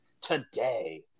today